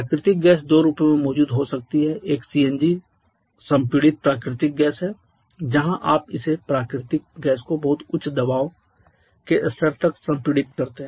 प्राकृतिक गैस दो रूपों में मौजूद हो सकती है एक सीएनजी संपीड़ित प्राकृतिक गैस है जहां आप इस प्राकृतिक गैस को बहुत उच्च दबाव के स्तर तक संपीड़ित करते हैं